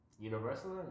universal